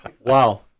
Wow